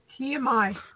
TMI